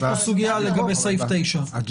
יש פה סוגיה לגבי סעיף 9. אבל זה היה בהסכמה?